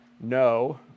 no